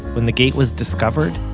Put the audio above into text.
when the gate was discovered,